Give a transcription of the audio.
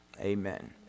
Amen